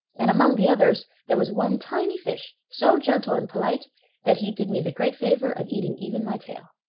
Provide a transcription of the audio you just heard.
and among the others, there was one tiny fish so gentle and polite that he did me the great favor of eating even my tail.